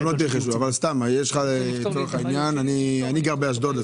אני גר באשדוד.